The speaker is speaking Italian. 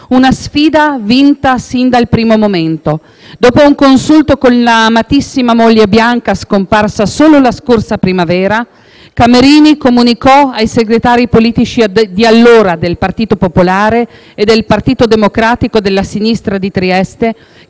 una sfida vinta sin dal primo momento. Dopo un consulto con la amatissima moglie Bianca, scomparsa solo la scorsa primavera, Camerini comunicò ai segretari politici di allora del Partito Popolare e del Partito Democratico della sinistra di Trieste